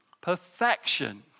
perfection